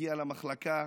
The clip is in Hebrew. מגיע למחלקה,